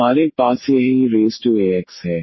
हमारे पास यह eax है